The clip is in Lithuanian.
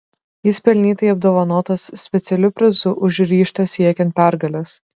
jis pelnytai apdovanotas specialiu prizu už ryžtą siekiant pergalės